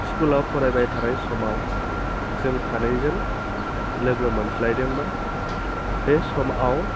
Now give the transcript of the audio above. स्कुलाव फरायबाय थानाय समाव जों सानैजों लोगो मोनज्लायदोंमोन बे समाव